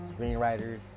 screenwriters